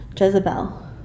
Jezebel